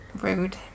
Rude